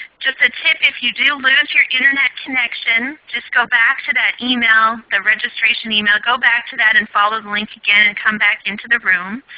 just a tip, if you do lose your internet connection just go back to that email, the registration email, go back to that and follow the link again and come back into the room.